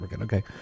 Okay